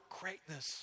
greatness